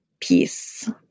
piece